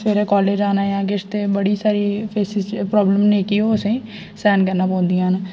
सबैह्रे कॉलेज जाना ऐ किश ते बड़ी सारी फेसिस प्रॉब्लम जेह्की ओ असें ई सैह्न करना पौंदियां न